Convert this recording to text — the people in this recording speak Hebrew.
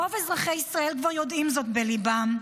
רוב אזרחי ישראל כבר יודעים זאת בליבם: